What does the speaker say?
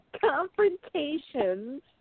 confrontations